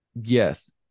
Yes